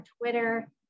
Twitter